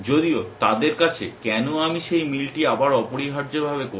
যদিও তাদের আছে কেন আমি সেই মিল টি আবার অপরিহার্যভাবে করব